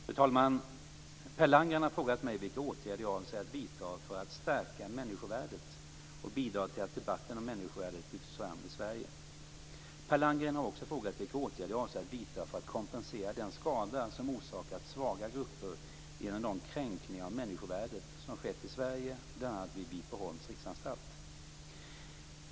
Fru talman! Per Landgren har frågat mig vilka åtgärder jag avser att vidta för att stärka människovärdet och bidra till att debatten om människovärdet lyfts fram i Sverige. Per Landgren har också frågat vilka åtgärder jag avser att vidta för att kompensera den skada som orsakats svaga grupper genom de kränkningar av människovärdet som skett i Sverige, bl.a.